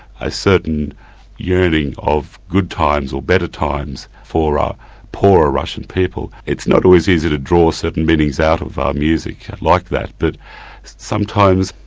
certain yearning of good times, or better times for ah poorer russian people. it's not always easy to draw certain meanings out of um music like that, but sometimes,